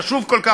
החשוב כל כך,